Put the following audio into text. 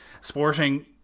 sporting